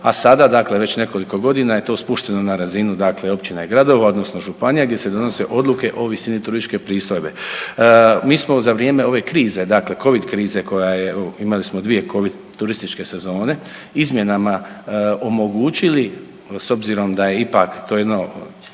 a sada dakle već nekoliko godina je to spušteno na razinu dakle općina i gradova odnosno županija gdje se donose odluke o visini turističke pristojbe. Mi smo za vrijeme ove krize, dakle Covid krize koja je, imali smo dvije Covid turističke sezone, izmjenama omogućili s obzirom da je ipak to jedno